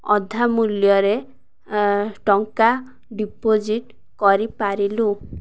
ଅଧାମୂଲ୍ୟରେ ଟଙ୍କା ଡିପୋଜିଟ୍ କରିପାରିଲୁ